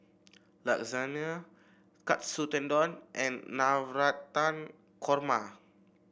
Lasagne Katsu Tendon and Navratan Korma